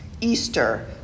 Easter